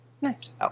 Nice